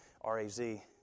R-A-Z